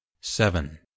seven